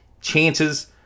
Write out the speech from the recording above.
chances